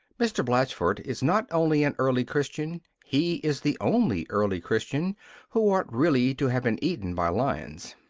mr. blatchford is not only an early christian, he is the only early christian who ought really to have been eaten by lions.